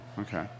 Okay